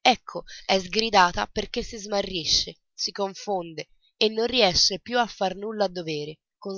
ecco è sgridata perché si smarrisce e si confonde e non riesce più a far nulla a dovere con